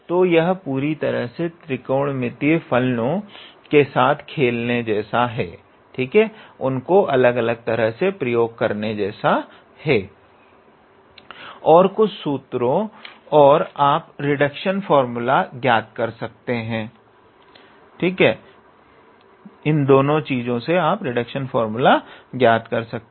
तो यह पूरी तरह से त्रिकोणमितीय फलनों के साथ खेलने जैसा है और कुछ सूत्रों का प्रयोग करना होगा और आप रिडक्शन फार्मूला ज्ञात कर सकते हैं